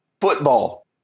football